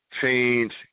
change